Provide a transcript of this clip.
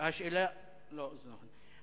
יש מקום לכולם.